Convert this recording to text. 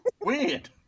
weird